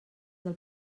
del